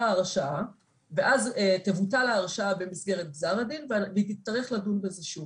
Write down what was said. ההרשעה ואז תבוטל ההרשעה במסגרת גזר הדין והיא תצטרך לדון בזה שוב.